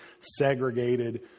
segregated